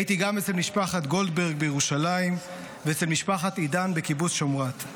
הייתי גם אצל משפחת גולדברג בירושלים ואצל משפחת עידן בקיבוץ שמרת.